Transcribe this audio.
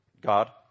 God